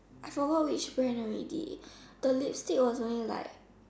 I forgot which brand already the lipstick was only like